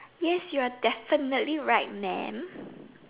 yes you're definitely right mam